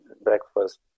breakfast